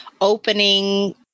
opening